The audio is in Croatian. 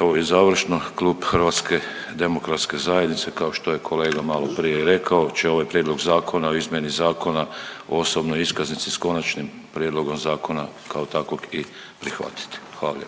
evo i završno klub Hrvatske demokratske zajednice kao što je kolega malo prije i rekao će ovaj prijedlog zakona o izmjeni Zakona o osobnoj iskaznici sa konačnim prijedlogom zakona kao takvog i prihvatiti. Hvala